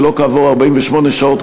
ולא כעבור 48 שעות,